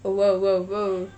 !wow! !wow! !wow!